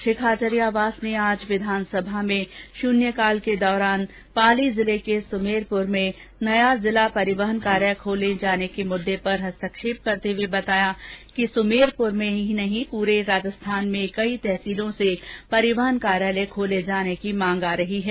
श्री खाचरियावास ने आज विधानसभा में शून्यकाल के दौरान सुमेरपुर में नए जिला परिवहन कार्यालय खोले जाने के मुद्दे पर हस्तक्षेप करते हुए बताया कि सुमेरपुर में ही नहीं पुरे राजस्थान में कई तहसीलों से परिवहन कार्यालय खोलने की मांग आ रही है